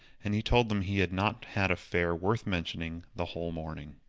and he told them he had not had a fare worth mentioning the whole morning.